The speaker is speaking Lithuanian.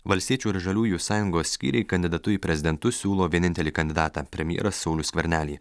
valstiečių ir žaliųjų sąjungos skyriai kandidatu į prezidentus siūlo vienintelį kandidatą premjerą saulių skvernelį